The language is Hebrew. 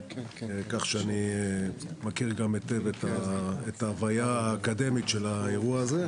כך שאני מכיר גם היטב גם את הבעיה האקדמית של האירוע הזה.